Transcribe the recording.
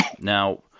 Now